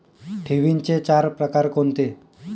ठेवींचे चार प्रकार कोणते?